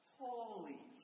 holy